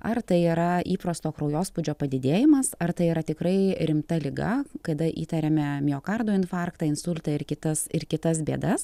ar tai yra įprasto kraujospūdžio padidėjimas ar tai yra tikrai rimta liga kada įtariame miokardo infarktą insultą ir kitas ir kitas bėdas